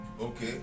okay